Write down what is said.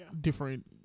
different